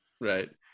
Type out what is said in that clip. Right